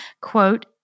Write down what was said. Quote